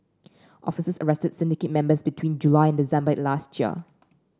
officers arrested syndicate members between July and December last year